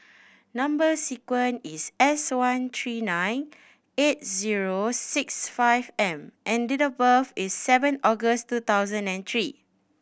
number sequence is S one three nine eight zero six five M and date of birth is seven August two thousand and three